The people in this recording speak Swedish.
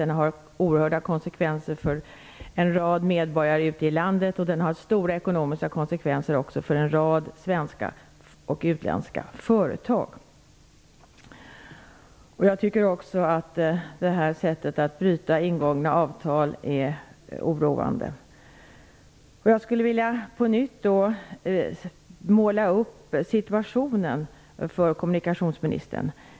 Den har oerhörda konsekvenser för en rad medborgare ute i landet, och den har också stora ekonomiska konsekvenser för en rad svenska och utländska företag. Jag tycker dessutom att det här sättet att bryta ingångna avtal är oroande. Jag skulle på nytt vilja måla upp situationen för kommunikationsministern.